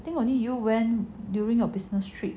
think only you went during a business trip